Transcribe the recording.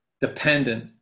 dependent